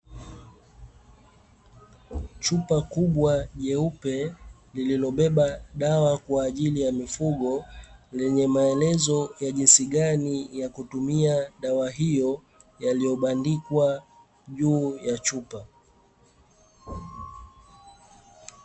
Chupa kubwa nyeupe iliyobeba dawa kwa ajili ya mifugo yenye maaelezo ya jinsi gani ya kutumia dawa hiyo, yaliyobandikwa juu ya chupa.